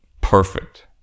perfect